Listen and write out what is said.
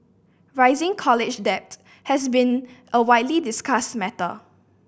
rising college debt has been a widely discussed matter